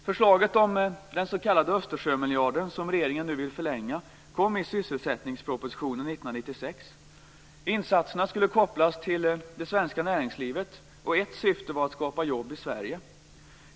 Förslaget om den s.k. Östersjömiljarden, något som regeringen nu vill förlänga, kom i sysselsättningspropositionen 1996. Insatserna skulle kopplas till det svenska näringslivet. Ett syfte var att skapa jobb i Sverige.